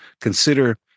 consider